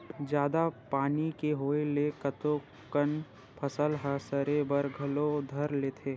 जादा पानी के होय ले कतको कन फसल ह सरे बर घलो धर लेथे